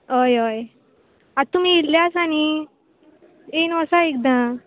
हय हय आतां तुमी येयल्ले आसा नी येवन वचा एकदां